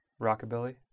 Rockabilly